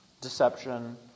Deception